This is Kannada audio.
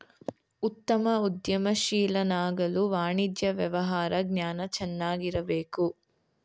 ಉತ್ತಮ ಉದ್ಯಮಶೀಲನಾಗಲು ವಾಣಿಜ್ಯ ವ್ಯವಹಾರ ಜ್ಞಾನ ಚೆನ್ನಾಗಿರಬೇಕು